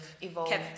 evolved